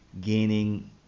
gaining